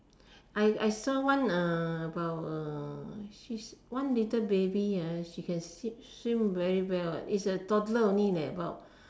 I I saw one uh about a she's one little baby [[h] she can swim very well eh it's a toddler only leh but